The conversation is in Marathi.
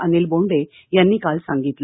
अनिल बोंडे यांनी काल सांगितलं